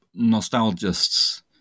nostalgists